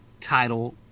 Title